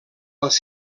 les